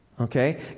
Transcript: okay